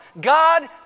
God